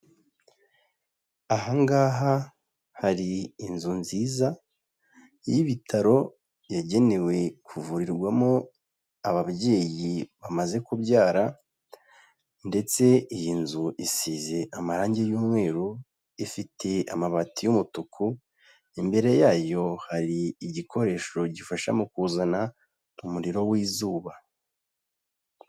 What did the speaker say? Aha ngaha hari inzu nziza y'ibitaro, yagenewe kuvurirwamo ababyeyi bamaze kubyara, ndetse iyi nzu isize amarangi y'umweru, ifite amabati y'umutuku, imbere yayo hari igikoresho gifasha mu kuzana umuriro w'izuba.